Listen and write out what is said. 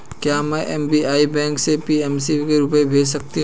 क्या में SBI bank से पी.एन.बी में रुपये भेज सकती हूँ?